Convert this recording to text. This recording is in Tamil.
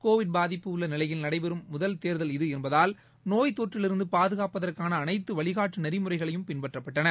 கோவிட் பாதிப்பு உள்ள நிலையில் நடைபெறும் முதல் தேதல் இது என்பதால் நோய்த்தொற்றிலிருந்து பாதுகாப்பதற்கான அனைத்து வழிகாட்டு நெறிமுறைகளையும் பின்பற்றப்பட்டன